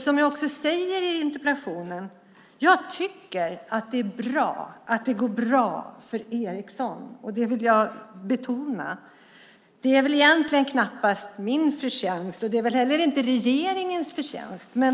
Som jag också säger i interpellationen tycker jag att det är bra att det går bra för Ericsson. Det vill jag betona. Det är knappast min förtjänst och inte heller regeringens förtjänst.